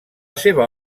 seva